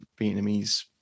Vietnamese